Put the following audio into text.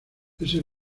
ese